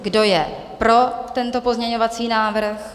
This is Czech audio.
Kdo je pro tento pozměňovací návrh?